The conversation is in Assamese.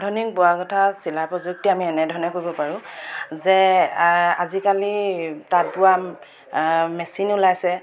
আধুনিক বোৱা কটা চিলাই প্ৰযুক্তি আমি এনেধৰণে কৰিব পাৰোঁ যে আজিকালি তাঁত বোৱা মেচিন ওলাইছে